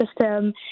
system